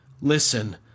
listen